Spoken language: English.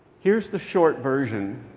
here's the short version.